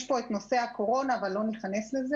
יש פה את נושא הקורונה, אבל לא ניכנס לזה.